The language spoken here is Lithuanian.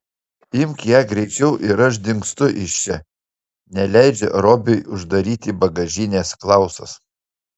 imk ją greičiau ir aš dingstu iš čia neleidžia robiui uždaryti bagažinės klausas